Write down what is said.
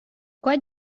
quai